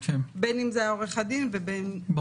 בין אם זה היה עורך הדין ובין אם זה השופט.